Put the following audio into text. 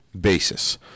basis